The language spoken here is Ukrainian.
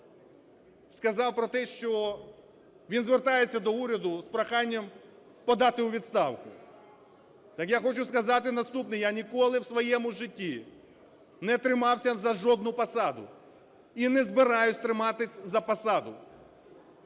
сказав про те, що він звертається до уряду з проханням подати у відставку. Так я хочу сказати наступне: я ніколи в своєму житті не тримався за жодну посаду і не збираюсь триматись за посаду.